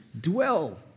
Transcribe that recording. dwell